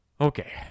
Okay